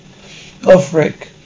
Offric